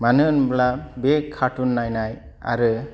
मानो होनब्ला बे कार्तुन नायनाय आरो